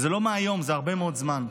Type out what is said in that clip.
זה לא מהיום, זה הרבה מאוד זמן.